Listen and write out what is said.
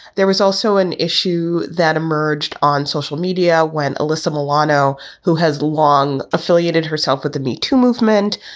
there was also an issue that emerged on social media when alyssa milano, who has long affiliated herself with the metoo movement,